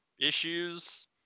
issues